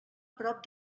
prop